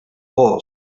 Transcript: boss